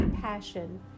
passion